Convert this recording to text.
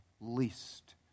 least